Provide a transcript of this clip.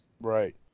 Right